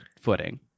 footing